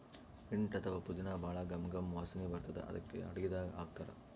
mint ಅಥವಾ ಪುದಿನಾ ಭಾಳ್ ಘಮ್ ಘಮ್ ವಾಸನಿ ಬರ್ತದ್ ಅದಕ್ಕೆ ಅಡಗಿದಾಗ್ ಹಾಕ್ತಾರ್